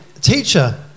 teacher